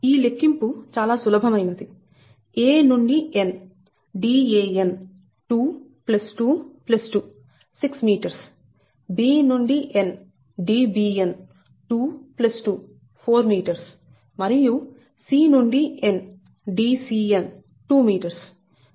ఈ లెక్కింపు చాలా సులభమైనది a నుండి n Dan 2 2 2 6m b నుండి n Dbn 2 2 4 m మరియు c నుండి n Dcn 2m వ్యాసం 1